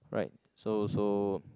right so so